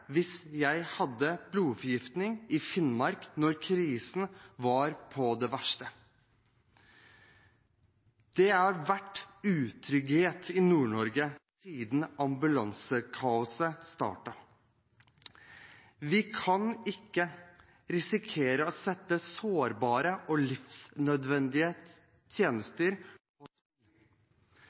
hvis jeg hadde hatt blodforgiftning i Finnmark da krisen var på det verste. Det har vært utrygghet i Nord-Norge siden ambulansekaoset startet. Vi kan ikke risikere å sette sårbare og livsnødvendige tjenester på